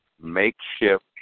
Makeshift